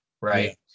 right